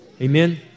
Amen